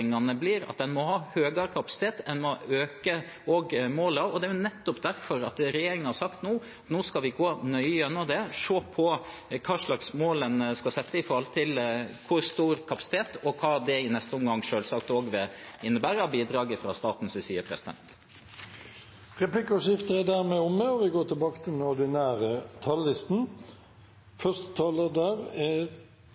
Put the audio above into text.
nettopp derfor regjeringen nå har sagt at vi skal gå nøye gjennom det og se på hva slags mål en skal sette med tanke på hvor stor kapasitet det skal være, og selvsagt også hva det i neste omgang vil innebære av bidrag fra statens side. Replikkordskiftet er omme.